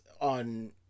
on